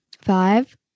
Five